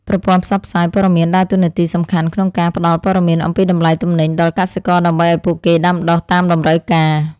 ប្រព័ន្ធផ្សព្វផ្សាយព័ត៌មានដើរតួនាទីសំខាន់ក្នុងការផ្តល់ព័ត៌មានអំពីតម្លៃទំនិញដល់កសិករដើម្បីឱ្យពួកគេដាំដុះតាមតម្រូវការ។